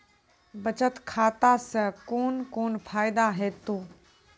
बचत खाता सऽ कून कून फायदा हेतु?